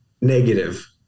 negative